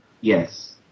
Yes